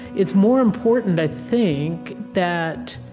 it's more important, i think, that